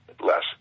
less